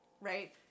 right